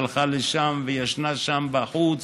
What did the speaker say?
היא הלכה לשם, ישנה שם בחוץ,